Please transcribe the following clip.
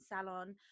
salon